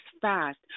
fast